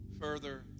further